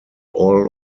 all